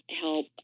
help